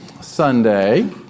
Sunday